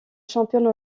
championne